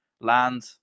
land